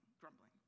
grumbling